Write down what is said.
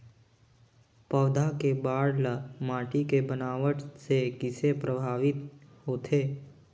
पौधा के बाढ़ ल माटी के बनावट से किसे प्रभावित होथे?